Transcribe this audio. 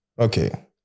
Okay